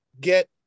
get